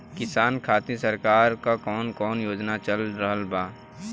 किसान खातिर सरकार क कवन कवन योजना चल रहल बा?